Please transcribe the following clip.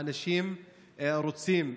האנשים רוצים,